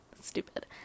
Stupid